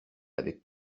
avec